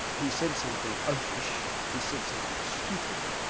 he said something ah oafish, he said something stupid,